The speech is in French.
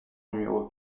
numéro